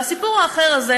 והסיפור האחר הזה,